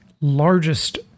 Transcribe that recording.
largest